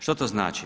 Što to znači?